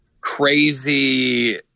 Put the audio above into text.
crazy